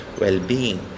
well-being